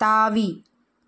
தாவி